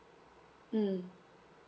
mm